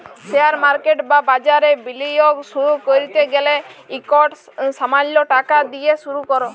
share market বা বাজারে বিলিয়গ শুরু ক্যরতে গ্যালে ইকট সামাল্য টাকা দিঁয়ে শুরু কর